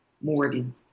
Morgan